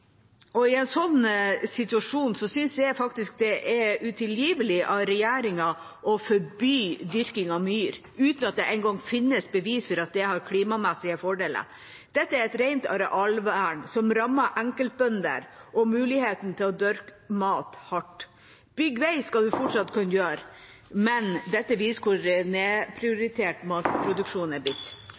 pst. I en sånn situasjon synes jeg faktisk det er utilgivelig av regjeringa å forby dyrking av myr uten at det engang finnes bevis for at det har klimamessige fordeler. Dette er et rent arealvern som rammer enkeltbønder og muligheten til å dyrke mat hardt. Bygge vei skal vi fortsatt kunne gjøre, men dette viser hvor nedprioritert matproduksjonen er